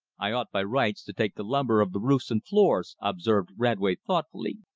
i ought by rights to take the lumber of the roofs and floors, observed radway thoughtfully,